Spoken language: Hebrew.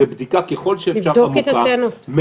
זה בדיקה עמוקה ככל שאפשר מההתחלה,